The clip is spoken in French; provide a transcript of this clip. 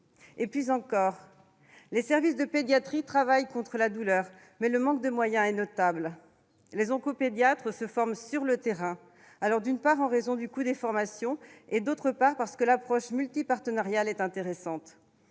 explicatifs. « Les services de pédiatrie travaillent contre la douleur, mais le manque de moyens est notable. Les oncopédiatres se forment sur le terrain, d'une part, en raison du coût des formations et, d'autre part, parce que l'approche multipartenariale est intéressante.